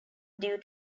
due